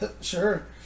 Sure